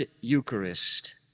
Eucharist